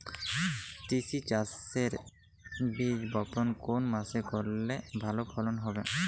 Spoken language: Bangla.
তিসি চাষের বীজ বপন কোন মাসে করলে ভালো ফলন হবে?